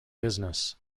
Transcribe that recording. business